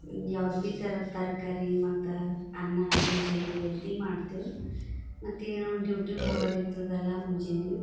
ಯಾವ್ದು ಭೀ ಥರ ತರಕಾರಿ ಮತ್ತು ಅನ್ನ ಅದು ಜಲ್ದಿ ಎದ್ದು ಮಾಡ್ತೀವಿ ಮತ್ತು ನಾವು ಡ್ಯುಟಿಗೆ ಹೋಗೋದಿರ್ತದಲ್ಲ ಮುಂಜಾನೆ